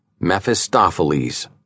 Mephistopheles